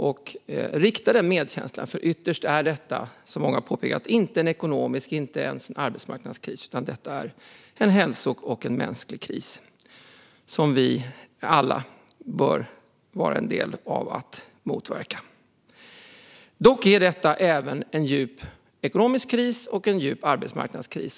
Jag vill rikta den medkänslan till dem, för ytterst är detta, som många har påpekat, inte en ekonomisk kris eller en arbetsmarknadskris utan en hälsokris och en mänsklig kris som vi alla bör ta del i att motverka. Dock är detta även en djup ekonomisk kris och en djup arbetsmarknadskris.